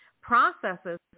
Processes